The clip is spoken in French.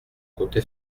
côté